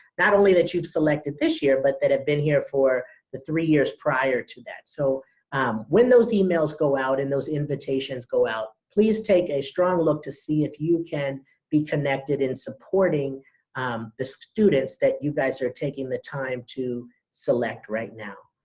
not only that you've selected this year, but that have been here for the three years prior to that. so um when those emails go out and those invitations go out, please take a strong look to see if you can be connected in supporting um the students that you guys are taking the time to select right now.